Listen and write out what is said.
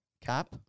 Cap